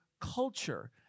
culture